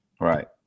Right